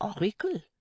oracle